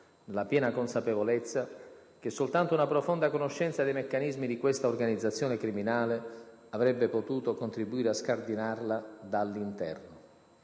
nella piena consapevolezza che soltanto una profonda conoscenza dei meccanismi di questa organizzazione criminale avrebbe potuto contribuire a scardinarla dall'interno.